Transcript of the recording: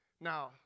Now